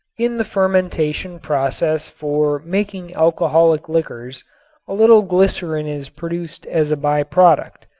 in the fermentation process for making alcoholic liquors a little glycerin is produced as a by-product.